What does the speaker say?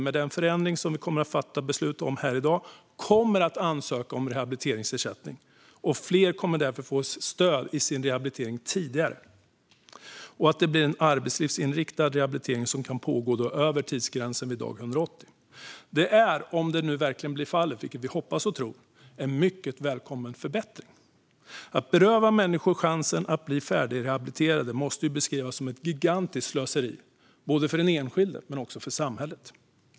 Med den förändring som vi kommer att fatta beslut om här i dag kommer fler personer att ansöka om rehabiliteringsersättning, och fler kommer därför att få stöd i sin rehabilitering tidigare. Det blir en arbetslivsinriktad rehabilitering som kan pågå över tidsgränsen vid dag 180. Detta är - om det nu verkligen blir fallet, vilket vi hoppas och tror - en mycket välkommen förbättring. Att beröva människor chansen att bli färdigrehabiliterade måste beskrivas som ett gigantiskt slöseri både för den enskilde och för samhället.